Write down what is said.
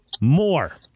more